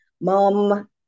mom